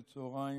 בצוהריים,